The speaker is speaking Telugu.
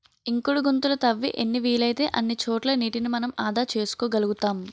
ఇంకుడు గుంతలు తవ్వి ఎన్ని వీలైతే అన్ని చోట్ల నీటిని మనం ఆదా చేసుకోగలుతాం